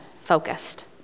focused